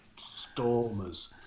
stormers